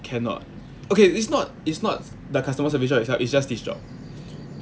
cannot okay it's not it's not the customer service line it's just this job